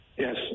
Yes